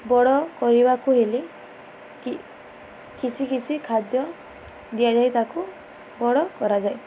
ବଡ଼ କରିବାକୁ ହେଲେ କିଛି କିଛି ଖାଦ୍ୟ ଦିଆଯାଇ ତାକୁ ବଡ଼ କରାଯାଏ